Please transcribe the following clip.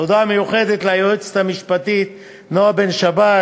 תודה מיוחדת ליועצת המשפטית נועה בן-שבת,